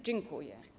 Dziękuję.